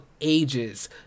ages